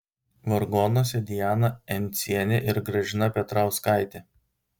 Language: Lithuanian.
vargonuose diana encienė ir gražina petrauskaitė